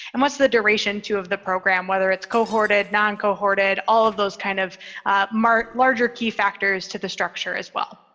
and what's the duration too, of the program, whether it's cohorted, non-cohorted, all of those kind of larger key factors to the structure, as well.